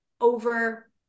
over